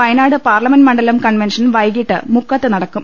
Wayanad parliament മണ്ഡലം convention വൈകീട്ട് മുക്കത്ത് നടക്കും